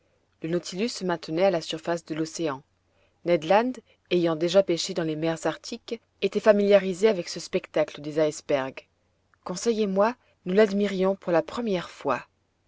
le nautilus se maintenait à la surface de l'océan ned land ayant déjà pêché dans les mers arctiques était familiarisé avec ce spectacle des icebergs conseil et moi nous l'admirions pour la première fois